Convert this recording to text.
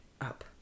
up